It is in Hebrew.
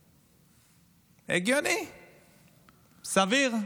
הגיוני, סביר.